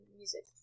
music